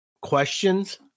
Questions